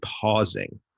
pausing